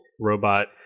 robot